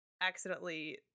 accidentally